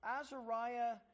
Azariah